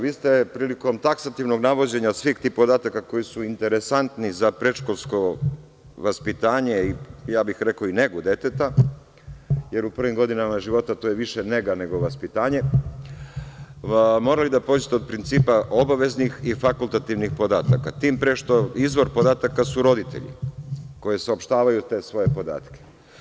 Vi ste prilikom taksativnog navođenja svih tih podataka, koji su interesantni za predškolsko vaspitanje i ja bih rekao i negu deteta, jer u prvim godinama života to je više nega nego vaspitanje, morali da pođete od principa obaveznih i fakultativnih podataka, tim pre što izvor podataka su roditelji koji saopštavaju te svoje podatke.